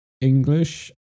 english